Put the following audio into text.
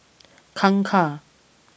Kangkar